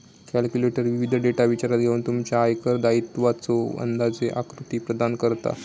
calculator विविध data विचारात घेऊन तुमच्या आयकर दायित्वाचो अंदाजे आकृती प्रदान करता